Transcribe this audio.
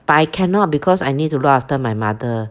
but cannot because I need to look after my mother